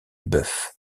bœuf